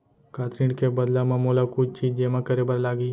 का ऋण के बदला म मोला कुछ चीज जेमा करे बर लागही?